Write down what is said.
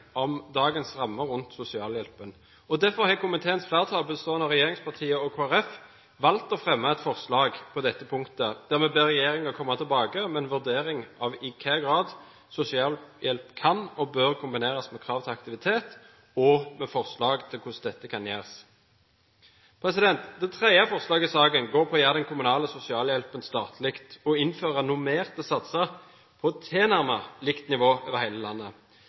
om bruken av aktivitet. Det er også bruk for en nærmere vurdering av dagens rammer rundt sosialhjelpen. Derfor har komiteens flertall, bestående av regjeringspartiene og Kristelig Folkeparti, på dette punktet valgt å be regjeringen komme tilbake med en vurdering av i hvilken grad sosialhjelpen kan og bør kombineres med krav til aktivitet, og med forslag til hvordan dette kan gjøres. Det tredje punktet i Dokument 8-forslaget er å gjøre den kommunale sosialhjelpen statlig og å innføre normerte satser på tilnærmet likt nivå over hele landet.